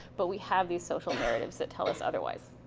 but we have these social narratives that tell us otherwise.